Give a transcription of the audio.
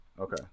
Okay